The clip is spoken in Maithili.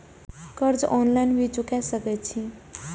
कर्जा ऑनलाइन भी चुका सके छी?